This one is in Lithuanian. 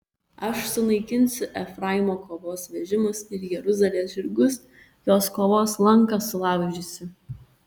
aš sunaikinsiu efraimo kovos vežimus ir jeruzalės žirgus jos kovos lanką sulaužysiu